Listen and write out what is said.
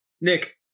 Nick